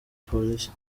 polisi